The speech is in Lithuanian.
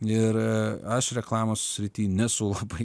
ir aš reklamos srity nesu labai